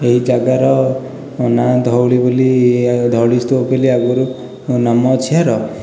ଏହି ଯାଗାର ନା ଧଉଳି ବୋଲି ଧଉଳି ସ୍ତୁପ ବୋଲି ଆଗରୁ ନାମ ଅଛି ୟାର